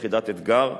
יחידת "אתגר"